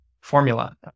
formula